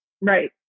Right